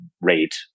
rate